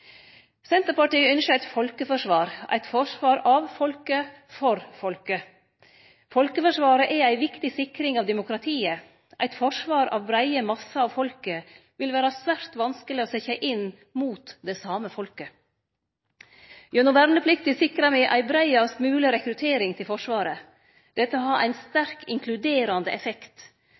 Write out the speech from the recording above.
Senterpartiet ynskjer eit folkeforsvar – eit forsvar av folket, for folket. Folkeforsvaret er ei viktig sikring av demokratiet; eit forsvar av breie massar av folket vil vere svært vanskeleg å setje inn mot det same folket. Gjennom verneplikta sikrar me ei breiast mogleg rekruttering til Forsvaret. Dette har ein sterkt inkluderande effekt.